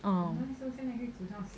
um